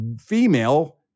female